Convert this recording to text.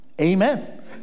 Amen